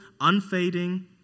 unfading